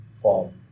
form